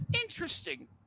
interesting